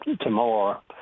tomorrow